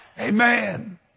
Amen